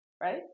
Right